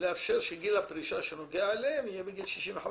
לאפשר שגיל הפרישה שנוגע אליהם יהיה גיל 65,